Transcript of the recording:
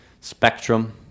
spectrum